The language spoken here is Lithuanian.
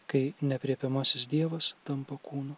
kai neaprėpiamasis dievas tampa kūnu